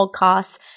Podcasts